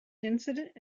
incident